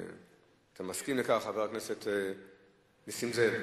אתה מסכים לכך, חבר הכנסת נסים זאב?